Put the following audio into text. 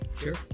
Sure